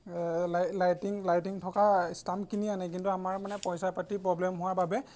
লাই লাইটিং থকা ষ্টাম্প কিনি আনে কিন্তু আমাৰ মানে পইচা পাতি প্ৰব্লেম হোৱাৰ বাবে